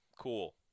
cool